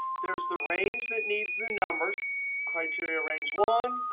there's the range that needs the numbers criteria range one,